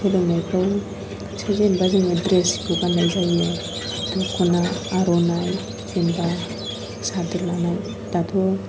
सोलोंनायफोरावसो जों जेनेबा ड्रेस खौ गाननाय जायो दख'ना आर'नाइ जेन'बा सादोर लानाय दाथ'